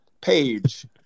page